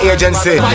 Agency